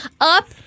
up